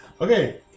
Okay